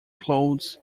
clothes